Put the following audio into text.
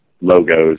logos